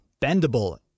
bendable